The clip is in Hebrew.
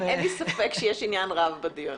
אין לי ספק שיש עניין רב בדיון